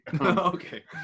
Okay